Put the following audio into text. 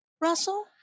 Russell